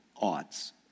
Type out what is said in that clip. odds